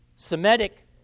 Semitic